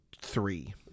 three